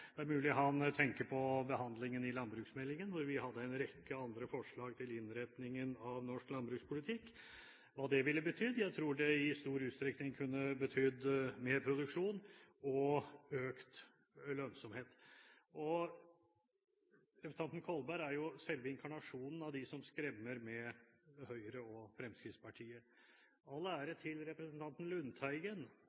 er mulig han tenker på behandlingen av landbruksmeldingen, hvor vi hadde en rekke andre forslag til innretningen av norsk landbrukspolitikk – hva det ville ha betydd. Jeg tror det i stor utstrekning kunne ha betydd mer produksjon og økt lønnsomhet. Representanten Kolberg er selve inkarnasjonen av dem som skremmer med Høyre og